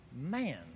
man